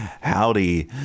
Howdy